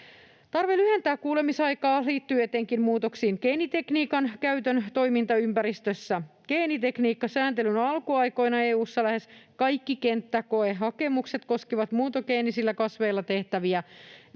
Tarve lyhentää kuulemisaikaa liittyy etenkin muutoksiin geenitekniikan käytön toimintaympäristössä. Geenitekniikkasääntelyn alkuaikoina EU:ssa lähes kaikki kenttäkoehakemukset koskivat muuntogeenisillä kasveilla tehtäviä